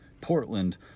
Portland